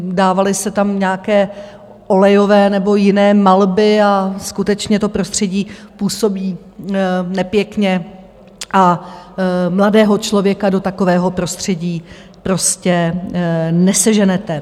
dávaly se tam nějaké olejové nebo jiné malby a skutečně to prostředí působí nepěkně a mladého člověka do takového prostředí prostě neseženete.